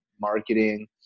marketing